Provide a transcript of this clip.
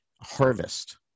Harvest